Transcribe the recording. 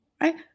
right